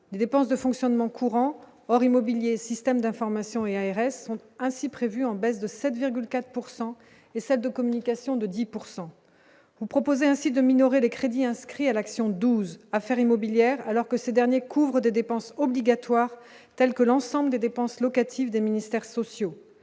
des dépenses de fonctionnement courant hors immobilier, systèmes d'information et ARS sont ainsi prévus en baisse de 7,4 pourcent et celle de communication de 10 pourcent vous propose ainsi de minorer les crédits inscrits à l'action 12 affaire immobilière, alors que ces derniers couvrent des dépenses obligatoires telles que l'ensemble des dépenses locatives des ministères sociaux